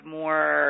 more –